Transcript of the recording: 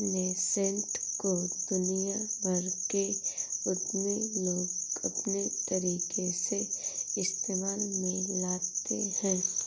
nascent को दुनिया भर के उद्यमी लोग अपने तरीके से इस्तेमाल में लाते हैं